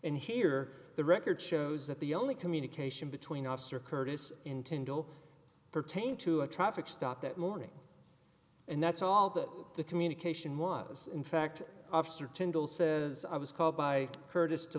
and here the record shows that the only communication between officer curtis in tindle pertain to a traffic stop that morning and that's all that the communication was in fact officer tindall says i was called by curtis to